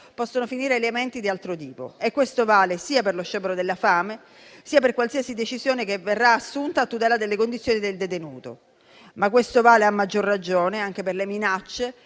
possono finire elementi di altro tipo. E questo vale sia per lo sciopero della fame, sia per qualsiasi decisione che verrà assunta a tutela delle condizioni del detenuto. Ma questo vale, a maggior ragione, anche per le minacce